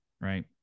right